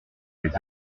les